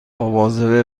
مواظب